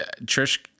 Trish